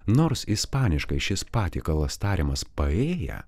nors ispaniškai šis patiekalas tariamas paėja